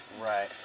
Right